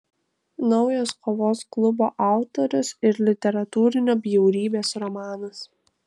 naujas kovos klubo autoriaus ir literatūrinio bjaurybės romanas